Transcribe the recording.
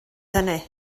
hynny